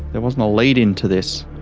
there wasn't a lead in to this.